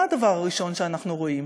מה הדבר הראשון שאנחנו רואים?